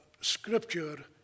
Scripture